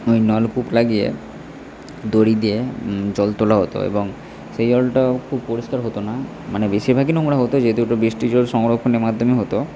ওই নলকূপ লাগিয়ে দড়ি দিয়ে জল তোলা হতো এবং সেই জলটাও খুব পরিষ্কার হতো না মানে বেশিরভাগই নোংরা হতো যেহেতু ওটা বৃষ্টির জল সংরক্ষণের মাধ্যমে হতো